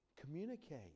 Communicate